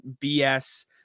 BS